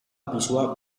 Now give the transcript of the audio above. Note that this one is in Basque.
pisua